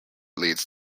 leads